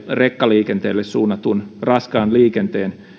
rekkaliikenteelle suunnatun raskaan liikenteen